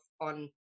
on